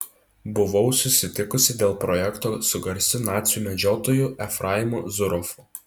buvau susitikusi dėl projekto su garsiu nacių medžiotoju efraimu zuroffu